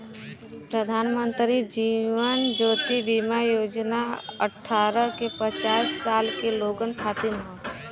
प्रधानमंत्री जीवन ज्योति बीमा योजना अठ्ठारह से पचास साल के लोगन खातिर हौ